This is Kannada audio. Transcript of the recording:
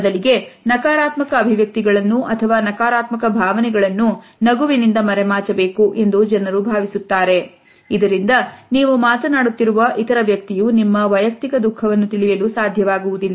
ಬದಲಿಗೆ ನಕಾರಾತ್ಮಕ ಅಭಿವ್ಯಕ್ತಿಗಳನ್ನು ಅಥವಾ ನಕಾರಾತ್ಮಕ ಭಾವನೆಗಳನ್ನು ನಗುವಿನಿಂದ ಮರೆಮಾಚಿ ಬೇಕು ಎಂದು ಜನರು ಭಾವಿಸುತ್ತಾರೆ ಇದರಿಂದ ನೀವು ಮಾತನಾಡುತ್ತಿರುವ ಇತರ ವ್ಯಕ್ತಿಯು ನಿಮ್ಮ ವೈಯಕ್ತಿಕ ದುಃಖವನ್ನು ತಿಳಿಯಲು ಸಾಧ್ಯವಾಗುವುದಿಲ್ಲ